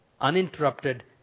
uninterrupted